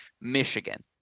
Michigan